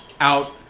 Out